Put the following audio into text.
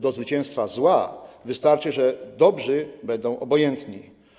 Do zwycięstwa zła wystarczy, że dobrzy będą obojętni.